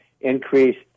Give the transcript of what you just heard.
increased